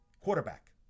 quarterback